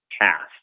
cast